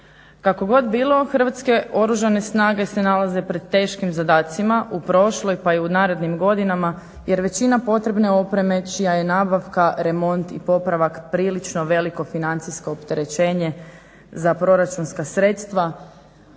Kako god bilo Hrvatske oružane snage se nalaze pred teškim zadacima u prošloj pa i u narednim godinama jer većina potrebne opreme čija je nabavka, remont i popravak prilično veliko financijsko opterećenje za proračunska sredstva